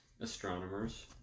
Astronomers